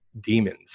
demons